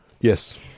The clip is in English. Yes